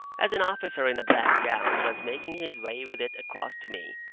as an officer in a black gown was making his way with it across to me,